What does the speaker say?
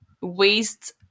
waste